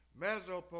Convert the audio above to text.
Mesopotamia